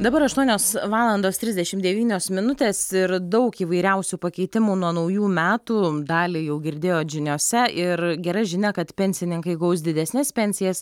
dabar aštuonios valandos trisdešimt devynios minutės ir daug įvairiausių pakeitimų nuo naujų metų dalį jau girdėjot žiniose ir gera žinia kad pensininkai gaus didesnes pensijas